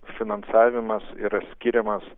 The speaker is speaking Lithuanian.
finansavimas yra skiriamas